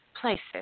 places